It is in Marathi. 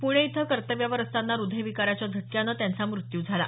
पूणे इथं कर्तव्यावर असताना हृदयविकाराच्या झटक्यानं त्यांचा मृत्यू झाला